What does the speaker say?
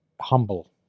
humble